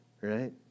right